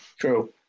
True